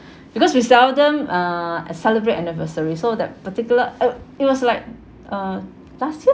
because we seldom uh celebrate anniversary so that particular oh it was like uh last year